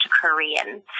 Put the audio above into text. Korean